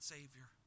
Savior